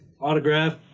autograph